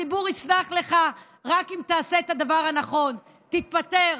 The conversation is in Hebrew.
הציבור יסלח לך רק אם תעשה את הדבר הנכון: תתפטר,